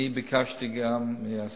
אני גם ביקשתי מהשר,